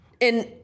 And-